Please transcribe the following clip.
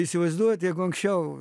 įsivaizduojat jeigu anksčiau